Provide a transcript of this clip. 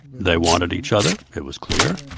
they wanted each other. it was clear,